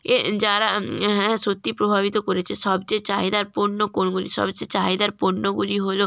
এ যারা হ্যাঁ সত্যি প্রভাবিত করেছে সবচেয়ে চাহিদার পণ্য কোনগুলি সবচেয়ে চাহিদার পণ্যগুলি হলো